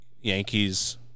Yankees